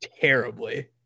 terribly